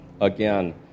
again